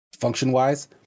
function-wise